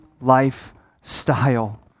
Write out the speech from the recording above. lifestyle